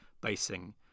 basing